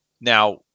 Now